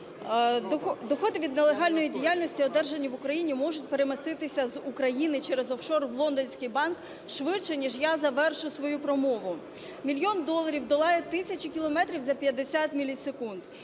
Доходи від нелегальної діяльності, одержані в Україні, можуть переміститися з України через офшор в лондонський банк швидше ніж я завершу свою промову. Мільйон доларів долають тисячі кілометрів за 50 мілісекунд,